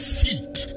feet